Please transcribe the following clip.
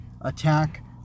attack